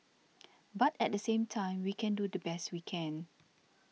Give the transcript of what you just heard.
but at the same time we can do the best we can